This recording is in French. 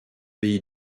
pays